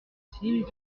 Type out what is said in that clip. timide